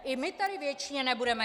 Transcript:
I my tady věčně nebudeme.